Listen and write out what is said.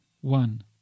one